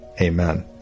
Amen